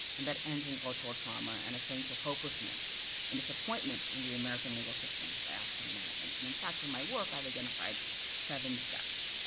and that ends in cultural trauma and a sense of hopelessness and disappointment in the american legal system by african americans. and in fact, in my work i've identified seven steps.